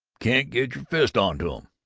can't get your fist onto em.